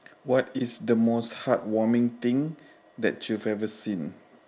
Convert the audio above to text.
what is the most heart-warming thing that you've ever seen